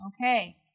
Okay